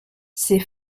ses